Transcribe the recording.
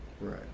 Right